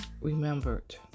remembered